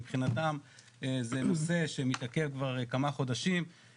מבחינתם זה נושא שמתעכב כבר כמה חודשים,